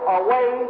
away